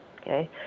okay